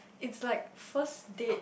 it's like first date